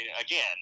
again